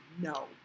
No